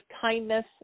kindness